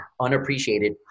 unappreciated